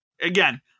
Again